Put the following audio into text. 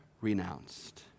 renounced